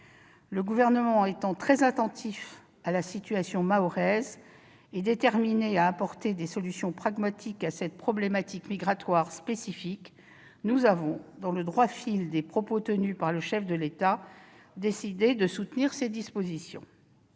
Le Gouvernement étant très attentif à la situation mahoraise et déterminé à apporter des solutions pragmatiques à cette problématique migratoire spécifique, nous avons, dans le droit fil des propos tenus par le chef de l'État, décidé de soutenir ces dispositions.